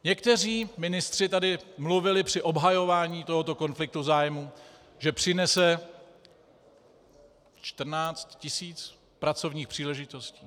Někteří ministři tady mluvili při obhajování tohoto konfliktu zájmů, že přinese 14 tisíc pracovních příležitostí.